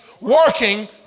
working